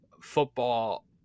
football